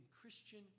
Christian